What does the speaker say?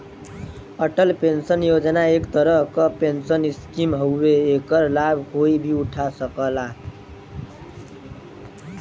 Atal pension Yojana एक तरह क पेंशन स्कीम हउवे एकर लाभ कोई भी उठा सकला